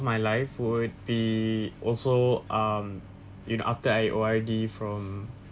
my life would be also um you know after I O_R_D from